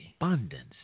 abundance